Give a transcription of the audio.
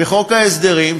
וחוק ההסדרים,